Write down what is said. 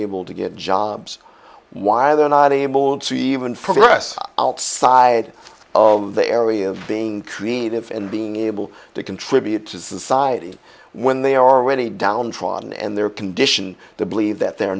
able to get jobs why they're not able to even for us outside of the area of being creative and being able to contribute to society when they are already downtrodden and they're conditioned to believe that they're